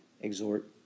exhort